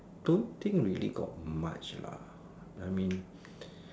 don't think really got much lah I mean